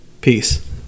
Peace